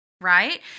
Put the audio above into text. right